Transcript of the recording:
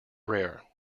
rare